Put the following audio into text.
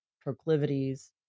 proclivities